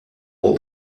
all